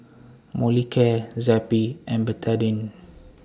Molicare Zappy and Betadine